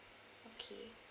okay